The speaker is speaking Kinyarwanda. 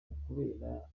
ukubera